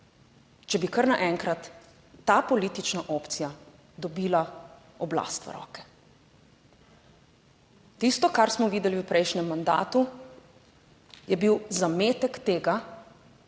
če bi kar naenkrat ta politična opcija dobila oblast v roke. Tisto, kar smo videli v prejšnjem mandatu, je bil zametek tega